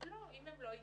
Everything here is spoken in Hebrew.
הם אמרו,